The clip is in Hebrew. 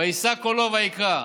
וישא קולו ויקרא"